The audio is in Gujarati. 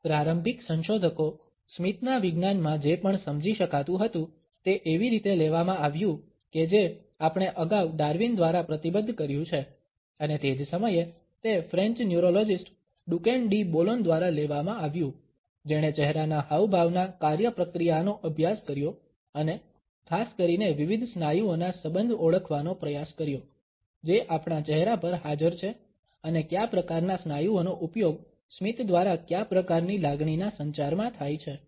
પ્રારંભિક સંશોધકો સ્મિતના વિજ્ઞાનમાં જે પણ સમજી શકાતું હતું તે એવી રીતે લેવામાં આવ્યું કે જે આપણે અગાઉ ડાર્વિન દ્વારા પ્રતિબદ્ધ કર્યું છે અને તે જ સમયે તે French neurologist Duchenne de Boulogne દ્વારા લેવામાં આવ્યું જેણે ચહેરાના હાવભાવના કાર્યપ્રક્રિયાનો અભ્યાસ કર્યો અને ખાસ કરીને વિવિધ સ્નાયુઓના સંબંધ ઓળખવાનો પ્રયાસ કર્યો જે આપણા ચેહરા પર હાજર છે અને ક્યા પ્રકારના સ્નાયુઓનો ઉપયોગ સ્મિત દ્વારા ક્યા પ્રકારની લાગણીના સંચારમા થાય છે